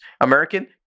American